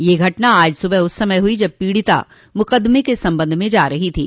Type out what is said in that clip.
यह घटना आज सुबह उस समय हुई जब पीड़िता मुकदमे के संबंध में जा रही थी